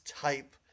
type